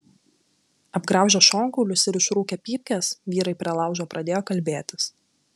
apgraužę šonkaulius ir išrūkę pypkes vyrai prie laužo pradėjo kalbėtis